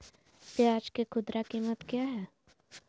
प्याज के खुदरा कीमत क्या है?